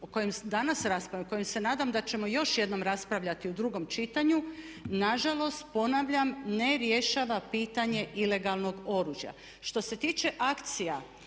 o kojem se nadam da ćemo još jednom raspravljati u drugom čitanju. Nažalost, ponavljam ne rješava pitanje ilegalnog oružja. Što se tiče akcija